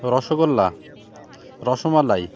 rasgulla rasmalai